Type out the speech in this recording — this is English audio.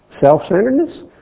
Self-centeredness